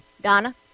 Donna